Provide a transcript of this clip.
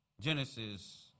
Genesis